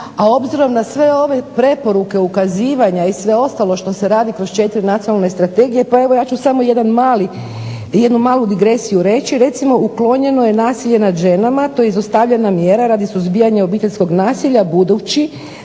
a obzirom na sve ove preporuke, ukazivanja i sve ostalo što se radi kroz 4 nacionalne strategije pa evo ja ću samo jedan mali, jednu malu digresiju reći – recimo uklonjeno je nasilje nad ženama, to je izostavljena mjera radi suzbijanja obiteljskog nasilja budući